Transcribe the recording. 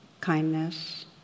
kindness